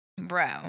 bro